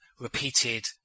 repeated